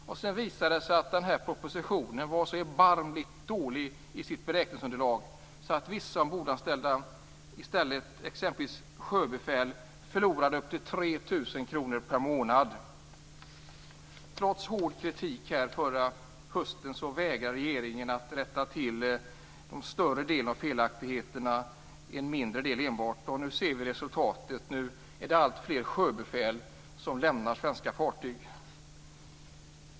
Sedan visade det sig att beräkningsunderlaget i denna proposition var så erbarmligt dåligt att vissa ombordanställda, t.ex. sjöbefäl, förlorar upp till 3 000 kr per månad. Trots hård kritik förra hösten vägrade regeringen att rätta till större delen av felaktigheterna. Den rättade bara till en mindre del. Nu ser vi resultatet. Alltfler sjöbefäl lämnar nu svenska fartyg.